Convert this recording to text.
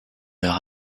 leurs